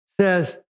says